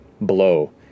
blow